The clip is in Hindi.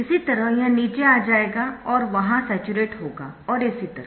इसी तरह यह नीचे आ जाएगा यह वहाँ स्याचुरेट होगा और इसी तरह